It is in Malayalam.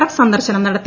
എഫ് സന്ദർശനം നടത്തി